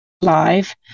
live